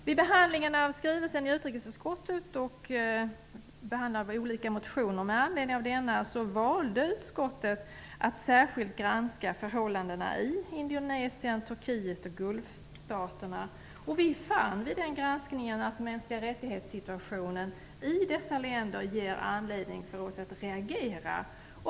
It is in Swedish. Vid behandlingen av skrivelsen och av olika motioner med anledning av denna valde utskottet att särskilt granska förhållandena i Indonesien, Turkiet och Gulfstaterna. Vid granskningen fann vi att mänskliga-rättighets-situationen i dessa länder gav anledning för oss att reagera.